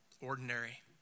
ordinary